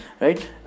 right